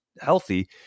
healthy